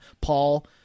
Paul